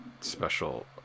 special